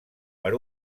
per